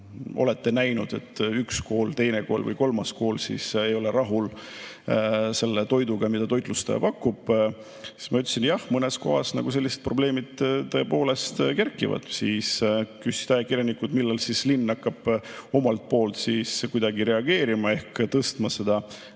olen näinud, et üks kool, teine kool või kolmas kool ei ole rahul selle toiduga, mida toitlustaja pakub. Ma ütlesin, et jah, mõnes kohas sellised probleemid tõepoolest kerkivad. Siis küsisid ajakirjanikud, millal linn hakkab omalt poolt kuidagi reageerima ehk tõstma seda